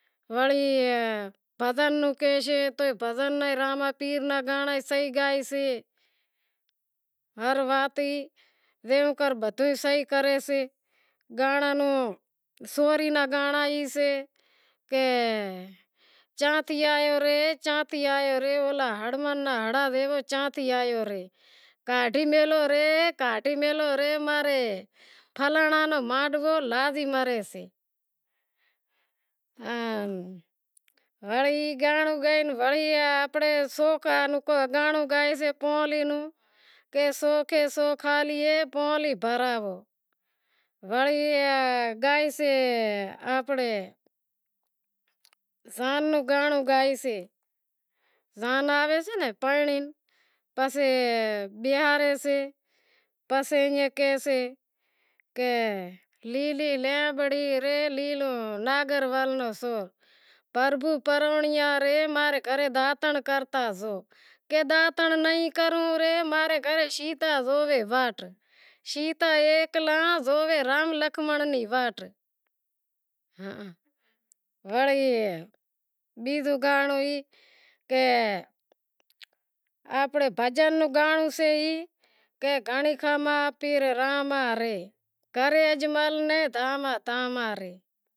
وڑی بھجن رو کاہیسے تو راماپیر را بھجن گائیسے ہر وات جیوو کر بدہو ئی صحیح کریسے، سوری ناں گائیسے کہ چاں تھی آیو رے چاں تھی آیو رے اولا ہڑومان ناں ہڑاں زو چاں تھی آیو رے کاڈھی میلہو رے کاڈھی میلہو رے ماں رے فلانڑاں نو مانڈوو لازی مارے سے وڑی گانڑو گائے وڑے کہ پونلی بھرائو وڑی اے آنپڑو زان نو گائسے زان آوے سے پرنڑی پسے بیہارے سے پسے ایئں کہیسے کہ لیلی لیمبڑی رے ان لیلو ناگر ونڑ رو سور پربھو پرنڑیارے ماں رے گھرے ڈانتڑ کرتا زائو کہے ڈانتڑ نہیں کروں ماں رے گھرے چھیتا زوئے واٹ چھیتا ایکلاں زوئے رام لکھمنڑ نی واٹ وڑی بیزو گانڑو ای کہ آنپرے بھجن نو گانڑو سے ای کہ گھنڑی کھاماں راما رے گھنڑے اجمل دھاماں دھاماں رے